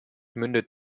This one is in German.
mündet